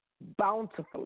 bountifully